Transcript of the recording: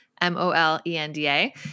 M-O-L-E-N-D-A